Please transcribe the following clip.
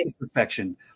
perfection